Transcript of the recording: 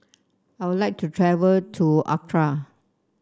I would like to travel to Accra